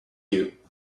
you